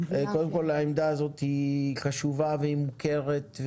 קודם כל העמדה הזו היא חשובה ומוכרת,